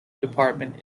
department